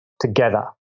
together